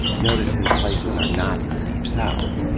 notice, these places are not in the deep south.